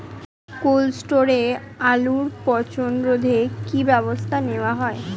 Cold স্টোরে আলুর পচন রোধে কি ব্যবস্থা নেওয়া হয়?